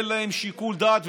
אין להם שיקול דעת,